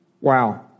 Wow